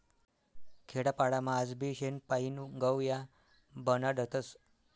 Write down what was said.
खेडापाडामा आजबी शेण पायीन गव या बनाडतस